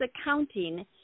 accounting